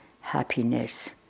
happiness